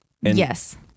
Yes